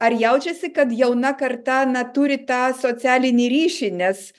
ar jaučiasi kad jauna karta na turi tą socialinį ryšį nes